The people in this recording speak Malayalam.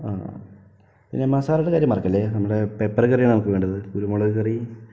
ആ പിന്നെ മസാലയുടെ കാര്യം മറക്കല്ലേ നമ്മുടെ പെപ്പർ കറിയാണ് നമുക്ക് വേണ്ടത് കുരുമുളക് കറി